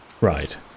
Right